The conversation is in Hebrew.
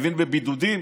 מבין בבידודים.